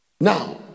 Now